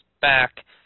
back